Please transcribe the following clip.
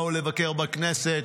באו לבקר בכנסת,